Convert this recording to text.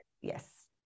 yes